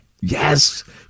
Yes